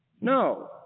No